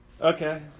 Okay